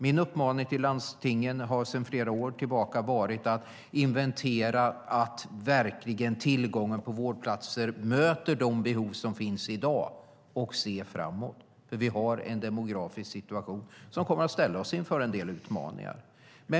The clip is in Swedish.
Min uppmaning till landstingen har sedan fler år tillbaka varit att inventera för att se att tillgången på vårdplatser verkligen möter de behov som finns i dag och se framåt. Vi har en demografisk situation som kommer att ställa oss inför en del utmaningar.